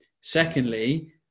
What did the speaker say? Secondly